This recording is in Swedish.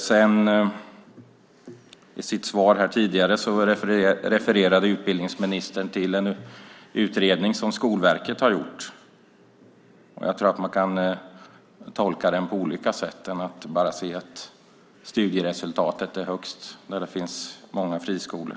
I svaret tidigare refererade utbildningsministern till en utredning som Skolverket har gjort. Jag tror att man kan tolka den på andra sätt än att bara se att studieresultatet är högst där det finns många friskolor.